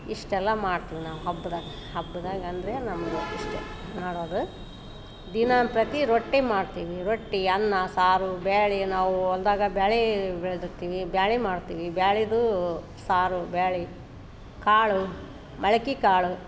ಇಷ್ಟೆಲ್ಲ ಮಾಡ್ತೀವಿ ನಾವು ಹಬ್ಬದಾಗ ಹಬ್ದಾಗ ಅಂದರೆ ನಮ್ದು ಇಷ್ಟೇ ಮಾಡೋದು ದಿನಂಪ್ರತಿ ರೊಟ್ಟಿ ಮಾಡ್ತೀವಿ ರೊಟ್ಟಿ ಅನ್ನ ಸಾರು ಬೇಳೆ ನಾವೂ ಹೊಲ್ದಾಗ ಬೇಳೆ ಬೆಳೆದಿರ್ತಿವಿ ಬೇಳೆ ಮಾಡ್ತೀವಿ ಬೇಳೇದೂ ಸಾರು ಬೇಳೆ ಕಾಳು ಮೊಳ್ಕೆ ಕಾಳು